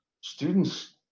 students